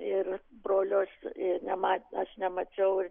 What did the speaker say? ir brolio aš nema aš nemačiau ir